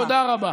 תודה רבה.